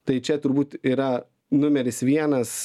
tai čia turbūt yra numeris vienas